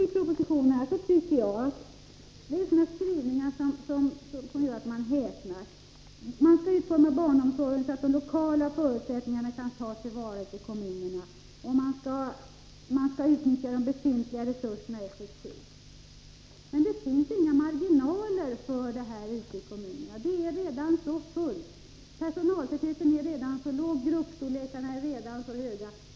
Jag tycker att det i propositionen finns sådana skrivningar att man häpnar! Barnomsorgen skall utformas så att de lokala förutsättningarna kan tas till vara ute i kommunerna, och de befintliga resurserna skall utnyttjas effektivt. Men det finns inga marginaler för detta ute i kommunerna. Personaltätheten är redan för låg, grupperna är redan för stora.